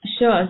Sure